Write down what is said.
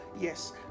yes